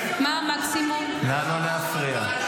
ועושים את המקסימום לעסקה.